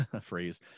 phrase